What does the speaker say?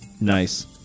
Nice